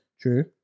True